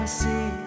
see